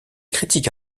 critiques